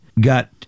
got